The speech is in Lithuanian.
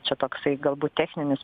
čia toksai galbūt techninis